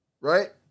Right